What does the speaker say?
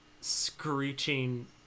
screeching